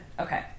Okay